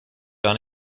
gar